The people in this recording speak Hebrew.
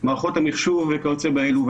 מערכות המחשוב וכיוצא באלו.